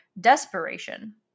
desperation